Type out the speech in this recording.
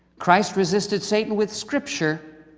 christ resisted satan with scripture.